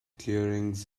clearings